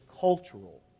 cultural